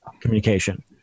communication